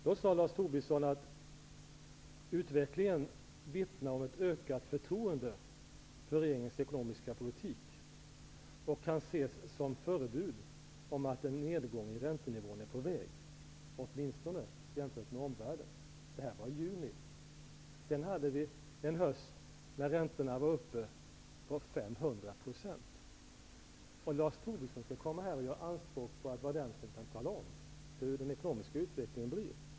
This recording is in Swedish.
Då sade Lars Tobisson att utvecklingen ''-- vittnar om ett ökat förtroende för vår ekonomiska politik och kan ses som ett förebud om att en nedgång i räntenivån är på väg, åtminstone jämfört med omvärlden''. Detta var i juni 1992. Sedan hade vi en höst där räntorna var uppe i 500 %. Lars Tobisson kommer efter det hit och gör anspråk på att vara den som kan tala om hur den ekonomiska utvecklingen blir.